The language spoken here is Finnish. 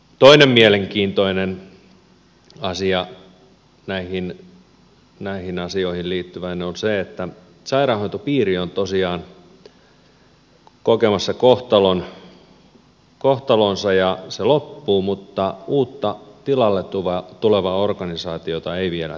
toinen mielenkiintoinen asia näihin asioihin liittyvänä on se että sairaanhoitopiiri on tosiaan kokemassa kohtalonsa ja se loppuu mutta uutta tilalle tulevaa organisaatiota ei vielä tiedetä